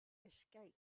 escaped